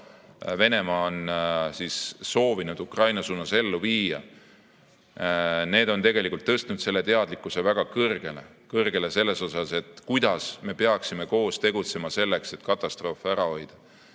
Venemaa on soovinud Ukraina suunas ellu viia, on tegelikult tõstnud teadlikkuse väga kõrgele. Kõrgele selles mõttes, kuidas me peaksime koos tegutsema, selleks et katastroofi ära hoida.